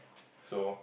so